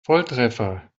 volltreffer